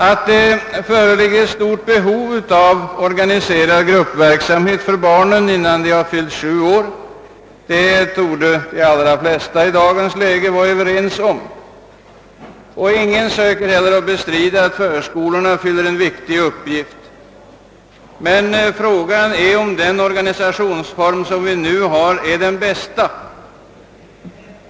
Att det föreligger stort behov av organiserad gruppverksamhet för barnen innan de fyllt 7 år torde de allra flesta i dagens läge vara överens om. Ingen försöker heller bestrida att förskolorna fyller en viktig uppgift. Men frågan är om den organisationsform vi nu har är den bästa.